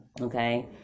Okay